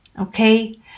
Okay